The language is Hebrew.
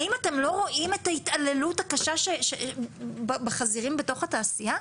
האם אתם לא רואים את ההתעללות הקשה בחזירים בתעשייה?